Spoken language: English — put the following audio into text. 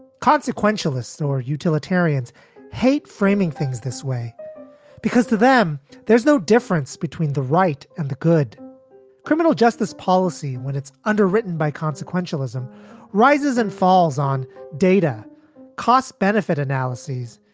consequentialist saw utilitarians hate framing things this way because to them there's no difference between the right and the good criminal justice policy when it's underwritten by consequentialism rises and falls on data cost, benefit analysis,